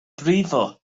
brifo